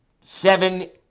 seven